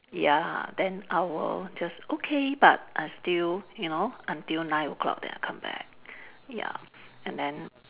ya then I will just okay but I still you know until nine o-clock then I come back ya and then